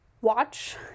watch